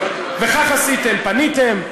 וכך עשיתם: פניתם.